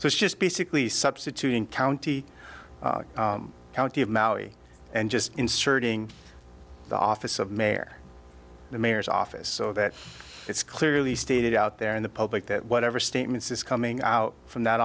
it's just basically substituting county county of maui and just inserting the office of mayor in the mayor's office so that it's clearly stated out there in the public that whatever statements is coming out from that